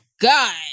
god